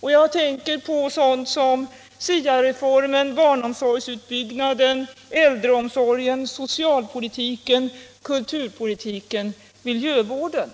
Jag tänker på sådant som SIA-reformen, barnomsorgsutbyggnaden, äldreomsorgen, socialpolitiken, kulturpolitiken och miljövården.